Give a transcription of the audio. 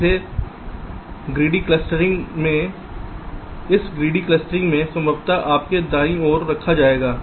तो इस लालची क्लस्टरिंग में संभवतः आपको दाईं ओर रखा जाएगा